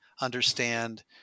understand